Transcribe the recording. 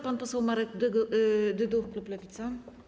Pan poseł Marek Dyduch, klub Lewica.